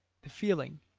the feeling,